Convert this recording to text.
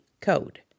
code